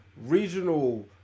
regional